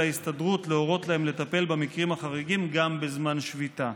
על ההסתדרות להורות להם לטפל במקרים החריגים גם בזמן שביתה.